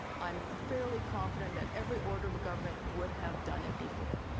i'm fairly confident that every order of government would have done it before.